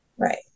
Right